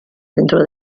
dentro